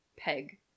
Peg